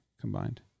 combined